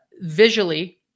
visually